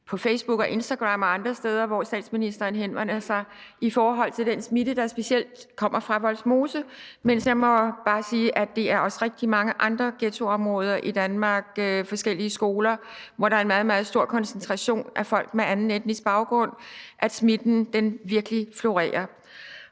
på Facebook og Instagram og andre steder, hvorfra statsministeren henvender sig, i forhold til den smitte, der specielt kommer fra Vollsmose. Men jeg må bare sige, at det også er i rigtig mange andre ghettoområder i Danmark, herunder på forskellige skoler, hvor der er en meget, meget høj koncentration af folk med anden etnisk baggrund, at smitten virkelig florerer.